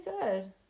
good